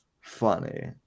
funny